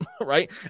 right